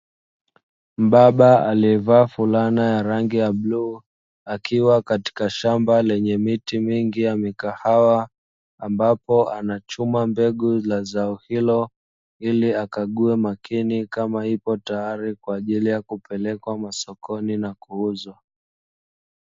Mbaba alievaa fulana ya rangi ya bluu akiwa katika shamba lenye miti mingi ya mikahawa ambapo anachuma mbegu ya zao hilo, ili akague kwa makini kama ipo tayari kwa ajili ya kupelekwa masokoni na kuuzwa.